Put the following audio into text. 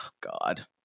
God